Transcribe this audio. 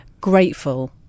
grateful